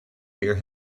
hear